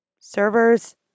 Servers